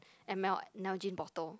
M_L Nalgene bottle